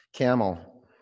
Camel